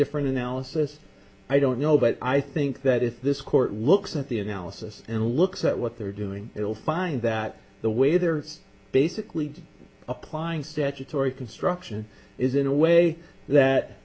different analysis i don't know but i think that if this court looks at the analysis and looks at what they're doing it will find that the way they're basically applying statutory construction is in a way